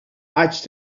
haig